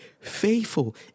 faithful